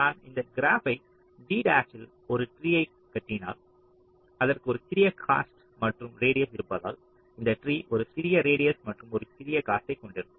நான் இந்த கிராப்பை ஜி டாஷில் ஒரு ட்ரீயை கட்டினால் அதற்கு ஒரு சிறிய காஸ்ட் மற்றும் ரேடியஸ் இருப்பதால் இந்த ட்ரீ ஒரு சிறிய ரேடியஸ் மற்றும் ஒரு சிறிய காஸ்ட்டை கொண்டிருக்கும்